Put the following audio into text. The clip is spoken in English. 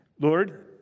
Lord